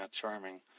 charming